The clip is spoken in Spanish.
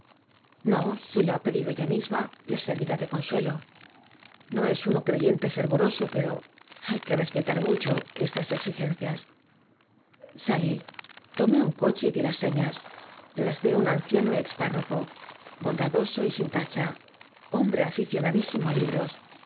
no si lo ha pedido ella misma la servirá de consuelo no es uno creyente fervoroso pero hay que respetar mucho estas exigencias salí tomé un coche y di las señas las de un anciano ex párroco bondadoso y sin tacha hombre aficionadísimo á libros